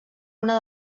una